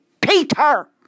Peter